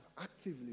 actively